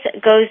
goes